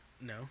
No